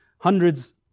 Hundreds